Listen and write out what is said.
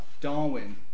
Darwin